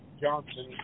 Johnson